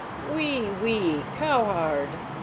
oui, oui. cowhard.